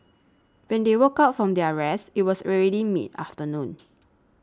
when they woke up from their rest it was already mid afternoon